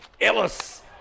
Ellis